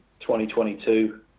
2022